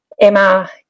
Emma